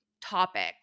topics